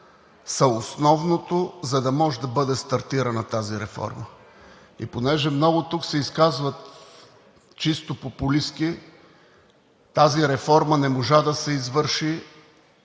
са основното, за да може да бъде стартирана тази реформа. Тъй като тук много се изказват чисто популистки – тази реформа не можа да се извърши